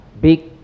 Big